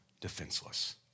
defenseless